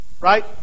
Right